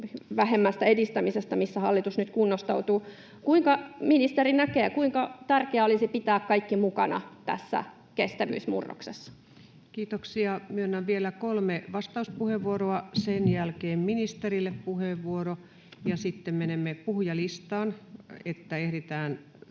vähemmästä edistämisestä, missä hallitus nyt kunnostautuu. Kuinka ministeri näkee, että kuinka tärkeää olisi pitää kaikki mukana tässä kestävyysmurroksessa? Kiitoksia. — Myönnän vielä kolme vastauspuheenvuoroa, sen jälkeen ministerille puheenvuoro, ja sitten menemme puhujalistaan, että ehditään